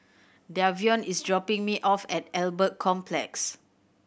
Davion is dropping me off at Albert Complex